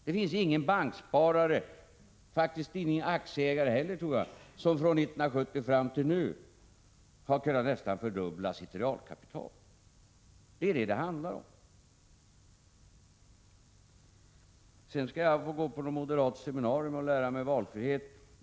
Det finns ingen banksparare — faktiskt ingen aktieägare heller, tror jag — som från 1970 fram till nu har kunnat nästan fördubbla sitt realkapital. Det är detta det handlar om. Det sades också att jag skall få gå på något moderat seminarium och lära 42 mig valfrihet.